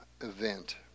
event